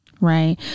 right